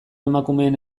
emakumeen